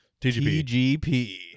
TGP